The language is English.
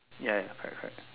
ya ya correct correct